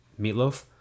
meatloaf